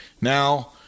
Now